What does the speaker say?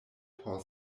por